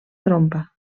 trompa